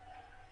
תודה.